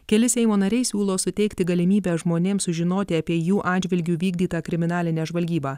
keli seimo nariai siūlo suteikti galimybę žmonėms sužinoti apie jų atžvilgiu vykdytą kriminalinę žvalgybą